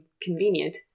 convenient